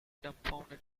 dumbfounded